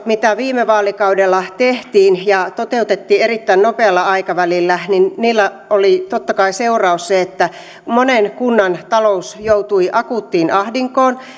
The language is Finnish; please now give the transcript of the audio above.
mitä viime vaalikaudella tehtiin ja toteutettiin erittäin nopealla aikavälillä oli totta kai se seuraus että monen kunnan talous joutui akuuttiin ahdinkoon